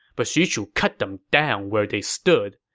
but xu chu cut them down where they stood.